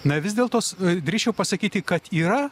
na vis dėlto drįsčiau pasakyti kad yra